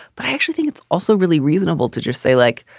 but i actually think it's also really reasonable to just say, like,